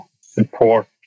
support